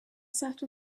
sat